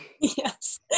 Yes